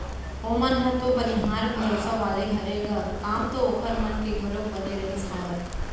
ओमन ह तो बनिहार भरोसा वाले हरे ग काम तो ओखर मन के घलोक बने रहिस हावय